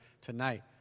tonight